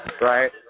Right